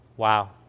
Wow